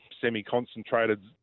semi-concentrated